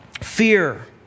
Fear